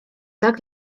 tak